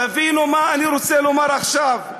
תבינו מה אני רוצה לומר עכשיו.